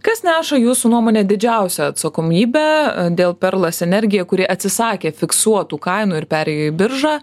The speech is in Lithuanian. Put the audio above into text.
kas neša jūsų nuomone didžiausią atsakomybę dėl perlas energija kuri atsisakė fiksuotų kainų ir perėjo į biržą